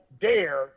dare